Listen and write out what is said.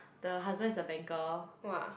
the husband's a banker